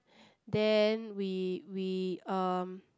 then we we um